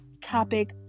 topic